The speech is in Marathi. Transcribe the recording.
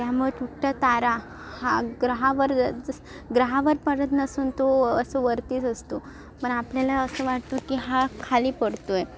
त्यामुळे तुटता तारा हा ग्रहावर ग्रहावर पडत नसून तो असं वरतीच असतो पण आपल्याला असं वाटतं की हा खाली पडतो आहे